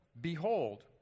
Behold